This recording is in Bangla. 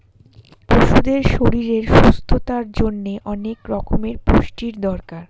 পশুদের শরীরের সুস্থতার জন্যে অনেক রকমের পুষ্টির দরকার